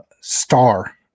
star